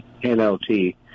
NLT